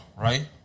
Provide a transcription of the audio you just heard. Right